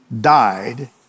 died